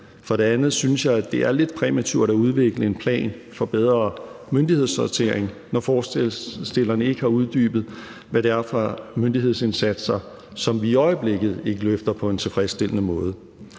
For det andet synes jeg, at det er lidt præmaturt at udvikle en plan for bedre myndighedshåndtering, når forslagsstillerne ikke har uddybet, hvad det er for myndighedsindsatser, som vi i øjeblikket ikke løfter på en tilfredsstillende måde.